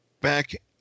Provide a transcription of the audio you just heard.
back